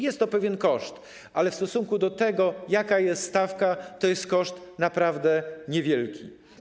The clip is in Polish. Jest to pewien koszt, ale w stosunku do tego, jaka jest stawka, jest to koszt naprawdę niewielki.